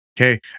Okay